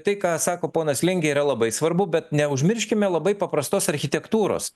tai ką sako ponas lingė yra labai svarbu bet neužmirškime labai paprastos architektūros